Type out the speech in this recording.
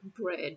bread